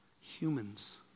Humans